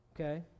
okay